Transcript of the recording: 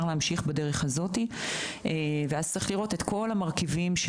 להמשיך בדרך הזאת ואז צריך לראות את כל המרכיבים.